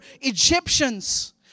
Egyptians